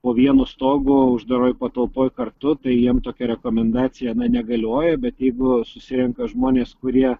po vienu stogu uždaroj patalpoj kartu tai jiem tokia rekomendacija na negalioja bet jeigu susirenka žmonės kurie